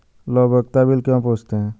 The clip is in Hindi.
लोग उपयोगिता बिल क्यों पूछते हैं?